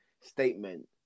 statement